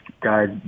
guys